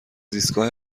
ایستگاه